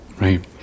right